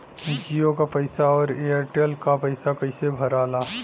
जीओ का पैसा और एयर तेलका पैसा कैसे भराला?